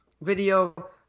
video